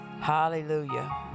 Hallelujah